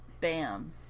Bam